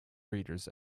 readers